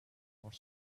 more